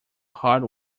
hard